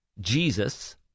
Jesus